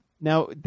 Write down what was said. Now